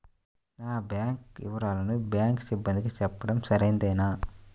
నా బ్యాంకు వివరాలను బ్యాంకు సిబ్బందికి చెప్పడం సరైందేనా?